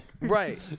Right